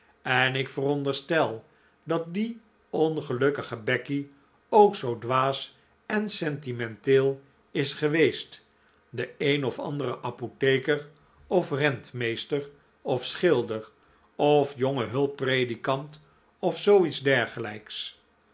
en ik veronderstel dat die ongelukkige becky ook zoo dwaas en sentimenteel is geweest de een of andere apotheker of rentmeester of schilder of jonge hulppredikant of zoo iets dergelijks